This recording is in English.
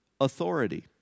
authority